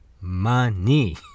money